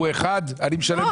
הוא 1. אני משלם לו לפי 1. לא,